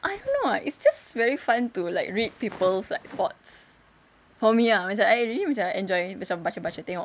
I don't know ah it's just very fun to like read people's like thoughts for me ah macam I really macam enjoy macam baca baca tengok